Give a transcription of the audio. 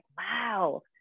wow